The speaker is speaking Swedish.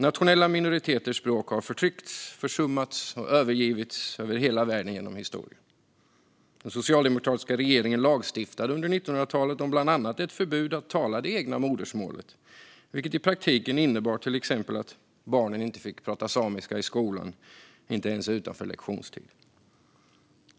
Nationella minoriteters språk har förtryckts, försummats och övergivts över hela världen genom historien. Den socialdemokratiska regeringen lagstiftade under 1900-talet om bland annat ett förbud mot att tala andra modersmål än svenska. I praktiken innebar det till exempel att samiska barn inte fick tala samiska i skolan, inte ens utanför lektionstid.